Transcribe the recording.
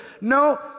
No